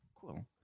cool